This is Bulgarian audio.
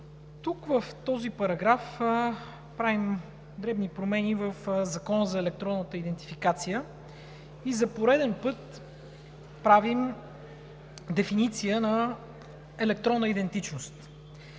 Тук в този параграф правим дребни промени на Закона за електронната идентификация и за пореден път правим дефиниция на „електронна идентичност“.